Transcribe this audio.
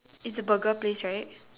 it's a burger place right